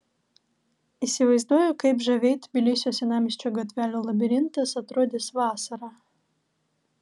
įsivaizduoju kaip žaviai tbilisio senamiesčio gatvelių labirintas atrodys vasarą